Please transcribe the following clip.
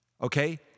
Okay